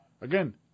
again